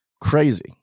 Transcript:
crazy